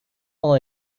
all